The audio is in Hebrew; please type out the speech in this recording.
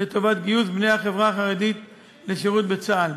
לטובת גיוס בני החברה החרדית לשירות בצה"ל.